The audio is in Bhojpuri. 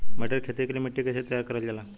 मटर की खेती के लिए मिट्टी के कैसे तैयार करल जाला?